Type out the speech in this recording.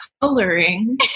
coloring